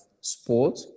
sport